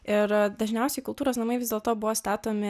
ir dažniausiai kultūros namai vis dėlto buvo statomi